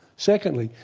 secondly,